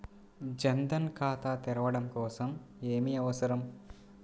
జన్ ధన్ ఖాతా తెరవడం కోసం ఏమి అవసరం?